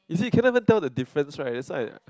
is it can not even tell the difference right that's why